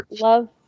Love